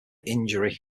injury